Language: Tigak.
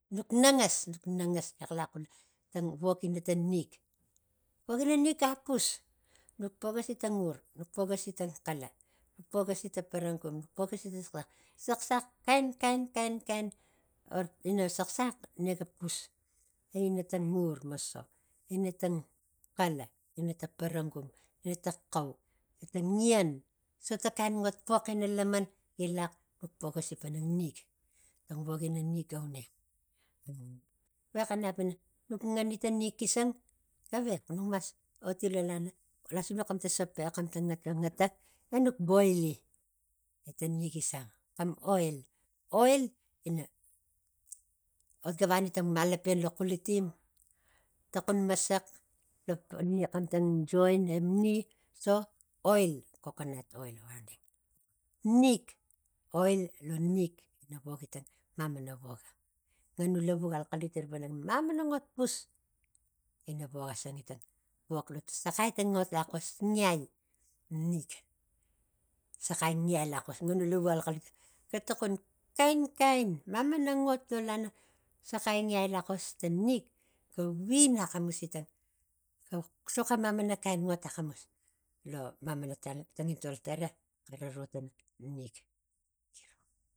Nuk nangas nangas elxiax tang wok ina tang nik wok ina nik ga pus nik pogasi tang parangum nuk pogoisi tang saxsax saxsax kain kain kain kain ina saxsax nega pus e ina tang ngur moso ina tang xaia ina tang parangum ina tang xau e tang ian sota kain ngot pox ina laman gilak nuk pokosi pana nik tang vol ina nik ga uneng a ve xanap nuk ngani tang nik xisang gavex nuk mas oti la lana lasinuki xamtang sopen xamtang ngata ngata enuk boili e ta nik gi sang xam oil oil ot gavani tang malapan lo xulutim tokom masax lo tang ni xam tang join e ni so oil xoxonut oil nik oil lo nik ina vok tang mamana vok ang. Nganu lavu ga axalxa lit ira pana mamana ngot pus ina wok a sangi tang pok tang saxai tang ot lakos ngiai nik saxai ngiai nik. Saxai ngiai lakos nganu lavu akaikalili ga tokon kain kain mamana ol lo lana saxai ngiai lakos ta nik ga win axa musi tang tang soka mamana ot akamus lo mamana tangitol tara kara ro pana nik